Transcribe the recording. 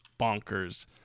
bonkers